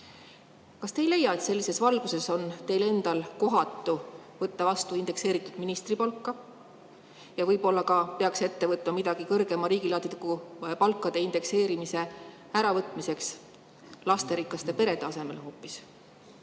Kas te ei leia, et sellises valguses on teil endal kohatu võtta vastu indekseeritud ministripalka? Ja võib-olla peaks midagi ette võtma hoopis kõrgema riigiladviku palkade indekseerimise äravõtmiseks lasterikaste perede asemel?